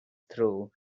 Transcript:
through